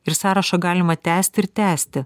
ir sąrašą galima tęsti ir tęsti